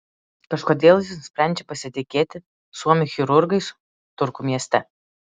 kažkodėl jis nusprendžia pasitikėti suomių chirurgais turku mieste